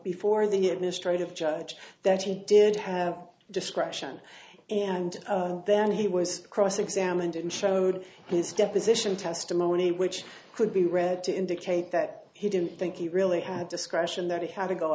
before the administrative judge that he did have discretion and then he was cross examined and showed his deposition testimony which could be read to indicate that he didn't think he really had discretion that he had to